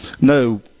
no